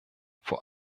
vor